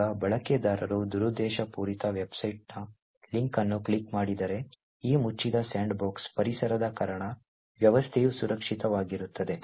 ಈಗ ಬಳಕೆದಾರರು ದುರುದ್ದೇಶಪೂರಿತ ವೆಬ್ಸೈಟ್ನ ಲಿಂಕ್ ಅನ್ನು ಕ್ಲಿಕ್ ಮಾಡಿದರೆ ಈ ಮುಚ್ಚಿದ ಸ್ಯಾಂಡ್ಬಾಕ್ಸ್ ಪರಿಸರದ ಕಾರಣ ವ್ಯವಸ್ಥೆಯು ಸುರಕ್ಷಿತವಾಗಿರುತ್ತದೆ